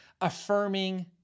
affirming